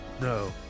no